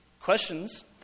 questions